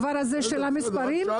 בסדר, רק שאלתי.